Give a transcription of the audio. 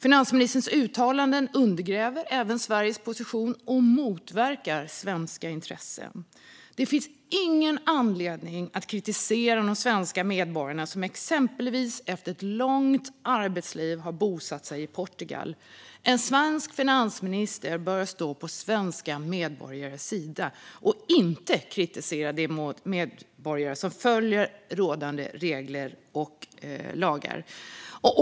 Finansministerns uttalanden undergräver även Sveriges position och motverkar svenska intressen. Det finns ingen anledning att kritisera de svenska medborgare som exempelvis efter ett långt arbetsliv har bosatt sig i Portugal. En svensk finansminister bör stå på svenska medborgares sida och inte kritisera de medborgare som följer rådande regler och lagar.